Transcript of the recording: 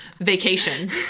vacation